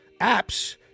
apps